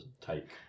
take